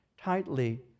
tightly